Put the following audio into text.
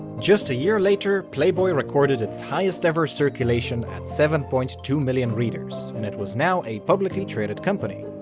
just a year later playboy recorded its highest ever circulation at seven point two million readers and it was now a publicly traded company.